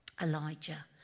Elijah